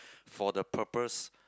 for the purpose